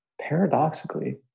paradoxically